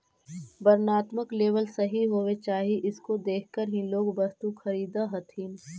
वर्णात्मक लेबल सही होवे चाहि इसको देखकर ही लोग वस्तु खरीदअ हथीन